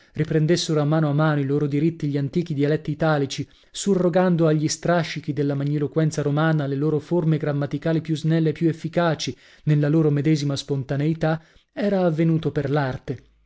a mano a mano i loro diritti gli antichi dialetti italici surrogando agli strascichi della magniloquenza romana le loro forme grammaticali più snelle e più efficaci nella loro medesima spontaneità era avvenuto per l'arte